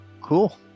Cool